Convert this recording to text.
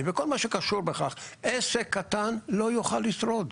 וכול מה שקשור בכך עסק קטן לא יוכל לשרוד.